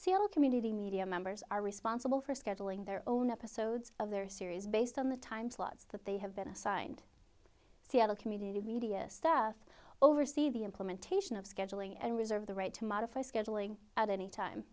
seal community media members are responsible for scheduling their own episodes of their series based on the time slots that they have been assigned seattle community media stuff over see the implementation of scheduling and reserve the right to modify scheduling at any time